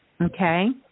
Okay